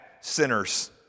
sinners